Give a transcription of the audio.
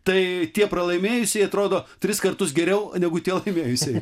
tai tie pralaimėjusieji atrodo tris kartus geriau negu tie laimėjusieji